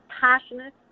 Passionate